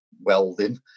welding